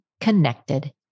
connected